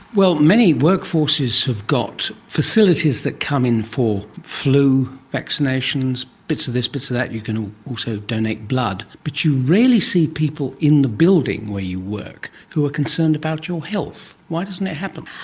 well, many workforces have got facilities that come in for flu vaccinations, bits of this, bits of that, you can also donate blood, but you rarely see people in the building where you work who are concerned about your health. why doesn't it happen?